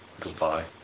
Goodbye